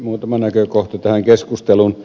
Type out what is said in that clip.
muutama näkökohta tähän keskusteluun